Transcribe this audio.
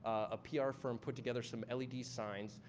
a pr firm put together some led signs,